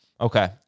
Okay